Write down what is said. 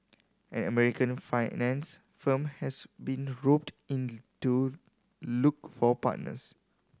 an American finance firm has been roped in to look for partners